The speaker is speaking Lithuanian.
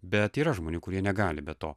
bet yra žmonių kurie negali be to